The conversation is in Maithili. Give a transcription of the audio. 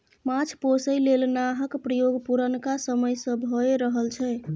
माछ पोसय लेल नाहक प्रयोग पुरनका समय सँ भए रहल छै